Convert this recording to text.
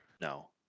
No